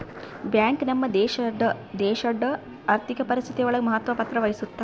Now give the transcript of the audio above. bank ನಮ್ ದೇಶಡ್ ಆರ್ಥಿಕ ಪರಿಸ್ಥಿತಿ ಒಳಗ ಮಹತ್ವ ಪತ್ರ ವಹಿಸುತ್ತಾ